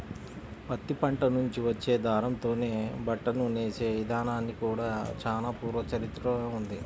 పత్తి పంట నుంచి వచ్చే దారంతోనే బట్టను నేసే ఇదానానికి కూడా చానా పూర్వ చరిత్రనే ఉంది